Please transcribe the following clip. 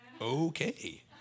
Okay